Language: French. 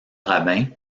rabin